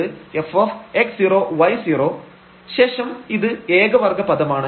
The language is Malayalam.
h ∂∂xk ∂∂yn fx0y0Rn അപ്പോൾ fx0h y0k എന്നത് fx0y0 ശേഷം ഇത് ഏക വർഗ്ഗ പദമാണ്